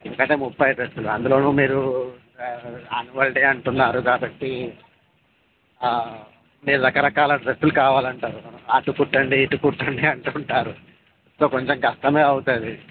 ఎందుకంటే ముప్పై డ్రస్సులు అందులోనూ మీరు ఇంకా యాన్యువల్ డే అంటున్నారు కాబట్టి మీరు రకరకాల డ్రస్సులు కావాలి అంటారు అటు కుట్టండి ఇటు కుట్టండి అంటుంటారు సో కొంచెం కష్టమే అవుతుంది